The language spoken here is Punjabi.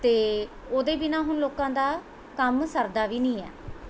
ਅਤੇ ਉਹਦੇ ਬਿਨਾਂ ਹੁਣ ਲੋਕਾਂ ਦਾ ਕੰਮ ਸਰਦਾ ਵੀ ਨਹੀਂ ਏ